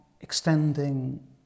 extending